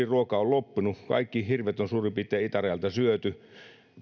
ruoka on loppunut kaikki hirvet suurin piirtein on itärajalta syöty